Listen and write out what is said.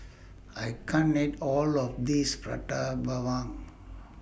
I can't eat All of This Prata Bawang